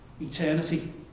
eternity